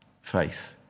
faith